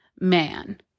man